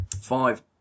Five